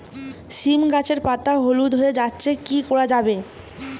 সীম গাছের পাতা হলুদ হয়ে যাচ্ছে কি করা যাবে?